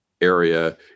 area